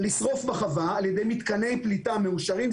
לשרוף בחווה על ידי מתקני פליטה מאושרים,